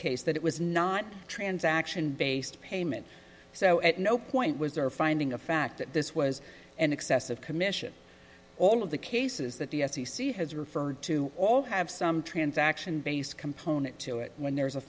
case that it was not transaction based payment so at no point was there finding a fact that this was an excess of commission all of the cases that the f c c has referred to all have some transaction based component to it when there is a